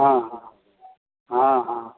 हँ हँ हँ हँ